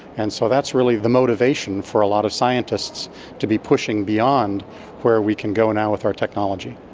and so that's really the motivation for a lot of scientists to be pushing beyond where we can go now with our technology.